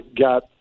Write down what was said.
got